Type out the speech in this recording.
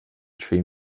tree